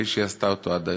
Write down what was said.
כפי שהיא עשתה אותו עד היום.